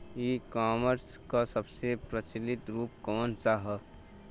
E commerce क सबसे प्रचलित रूप कवन सा ह?